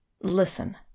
Listen